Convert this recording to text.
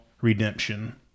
redemption